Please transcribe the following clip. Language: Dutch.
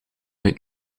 uit